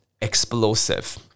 explosive